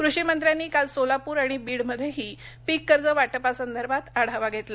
कृषी मंत्र्यांनी काल सोलापूर आणि बीडमध्येही पीक कर्ज वाटपा संदर्भात आढावा घेतला